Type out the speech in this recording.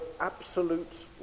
absolute